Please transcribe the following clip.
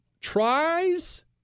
tries